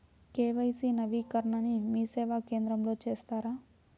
KYC నవీకరణని మీసేవా కేంద్రం లో చేస్తారా?